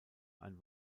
ein